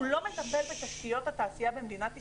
שלא מטפל בתשתיות התעשייה במדינת ישראל,